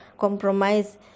compromise